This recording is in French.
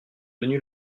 venus